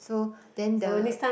so then the